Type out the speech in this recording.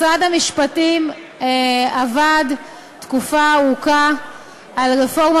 משרד המשפטים עבד תקופה ארוכה על רפורמה